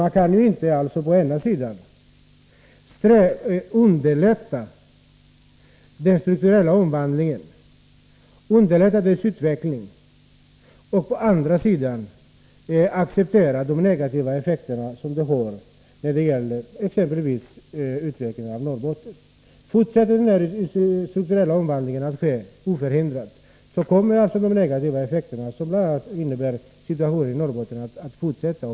Man kan ju inte å ena sidan underlätta den strukturella omvandlingen och å andra sidan acceptera de negativa effekter detta medför när det gäller exempelvis utvecklingen i Norrbotten. Om den strukturella omvandlingen fortsätter obehindrat blir det negativa effekter, som bl.a. innebär att situationen i Norrbotten förvärras.